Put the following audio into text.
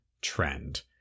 trend